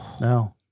No